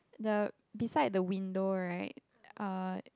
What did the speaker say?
the beside the window right uh